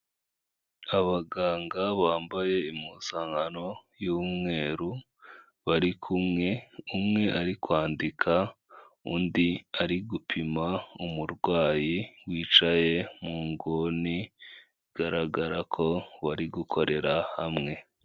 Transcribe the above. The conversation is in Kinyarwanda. Abaganga bambaye impuzankano y'umweru, bari kumwe, umwe ari kwandika undi ari gupima umurwayi wicaye mu nguni, bigaragara ko bari gukorera hamwe.